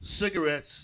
cigarettes